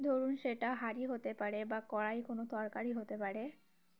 ধরুন সেটা হাঁড়ি হতে পারে বা কড়াইয়ে কোনো তরকারি হতে পারে